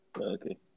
Okay